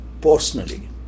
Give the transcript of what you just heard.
personally